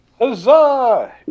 Huzzah